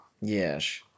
Yes